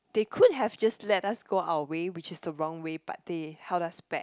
they could have just let us go our way which is the wrong way but they held us back